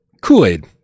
Kool-Aid